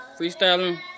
freestyling